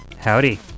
Howdy